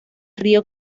río